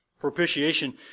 Propitiation